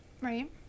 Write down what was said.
Right